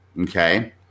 Okay